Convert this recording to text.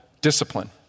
discipline